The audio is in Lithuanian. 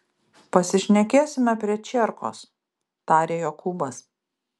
pasišnekėsime prie čierkos tarė jokūbas